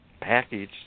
package